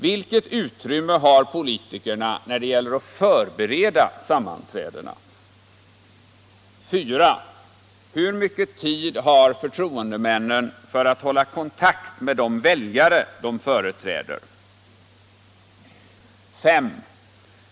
Vilket utrymme har politikerna när det gäller att förbereda sammanträdena? 4. Hur mycket tid har förtroendemännen för att hålla kontakt med de väljare de företräder? 5.